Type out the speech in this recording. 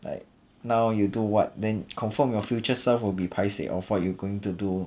like now you do what then confirm your future self will be paiseh of what you going to do